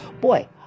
Boy